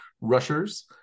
rushers